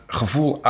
gevoel